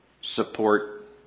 support